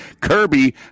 Kirby